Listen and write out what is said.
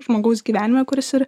žmogaus gyvenime kuris ir